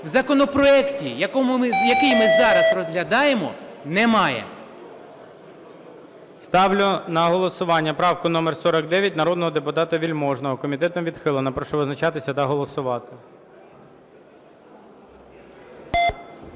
в законопроекті, який ми зараз розглядаємо, немає. ГОЛОВУЮЧИЙ. Ставлю на голосування правку номер 49 народного депутата Вельможного. Комітетом відхилена. Прошу визначатися та голосувати.